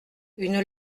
une